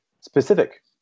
specific